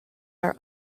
are